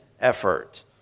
effort